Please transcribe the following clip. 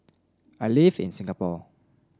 I live in Singapore